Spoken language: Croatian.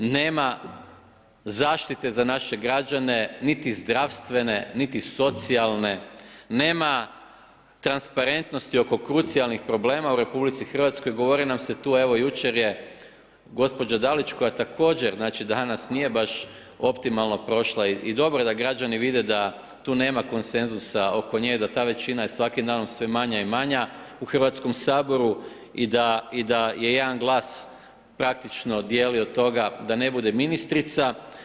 Nema zaštite za naša građane, niti zdravstvene, niti socijalne, nema transparentnosti oko krucijalnih problema u RH, govori nam se tu, evo jučer je gospođa Dalić koja također znači danas, nije baš optimalno prošla i dobro da građani vide da tu nema konsenzusa oko nje i da je ta većina svakim danom sve manja i manja u Hrvatskom saboru i da je jedan glas praktički dijeli od toga da ne bude ministrica.